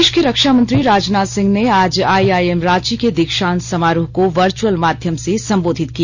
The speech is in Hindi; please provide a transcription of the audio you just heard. देश के रक्षा मंत्री राजनाथ सिंह ने आज आइआइएम रांची के दीक्षांत समारोह को वर्चुअल माध्यम से संबोधित किया